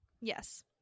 Yes